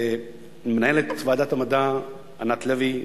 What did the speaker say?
למנהלת ועדת המדע ענת לוי,